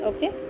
Okay